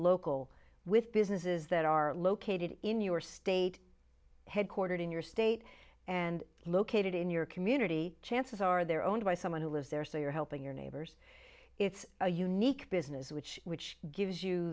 local with businesses that are located in your state headquartered in your state and located in your community chances are they're owned by someone who lives there so you're helping your neighbors it's a unique business which which gives you